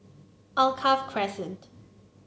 Alkaff Crescent